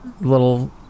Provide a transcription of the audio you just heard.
Little